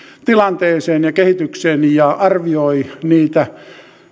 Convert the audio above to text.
tilanteeseen ja kehitykseen ja arvioi niitä